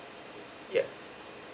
yeah